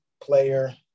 player